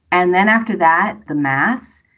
and then after that, the mass.